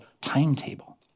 timetable